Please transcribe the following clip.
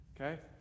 Okay